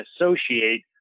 associate